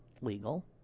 legal